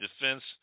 defense